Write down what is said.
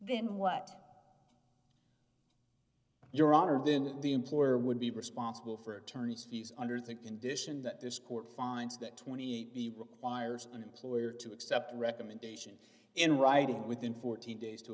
then what your honor then the employer would be responsible for attorney's fees under the condition that this court finds that twenty eight b requires an employer to accept a recommendation in writing within fourteen days to